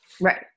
Right